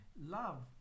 Love